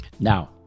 Now